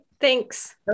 Thanks